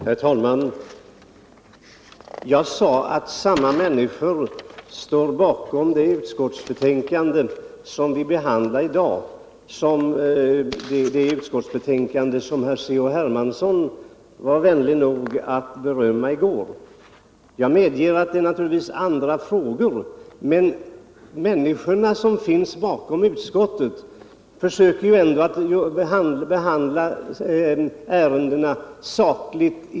Herr talman! Jag sade att det är samma människor som står bakom det utskottsbetänkande som vi behandlar i dag och det utskottsbetänkande som C.-H. Hermansson var vänlig nog att berömma i går. Jag medger naturligtvis att betänkandena behandlar olika frågor. Men utskottets ledamöter försöker ju ändå att behandla alla ärenden sakligt.